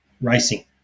racing